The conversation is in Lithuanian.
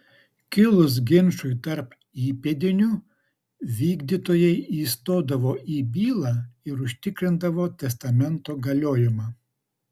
kilus ginčui tarp įpėdinių vykdytojai įstodavo į bylą ir užtikrindavo testamento galiojimą